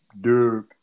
dude